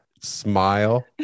smile